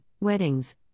weddings